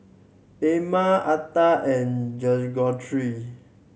Ama Arta and Greggory